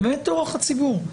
אמת טורח הציבור.